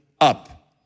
up